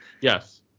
Yes